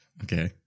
Okay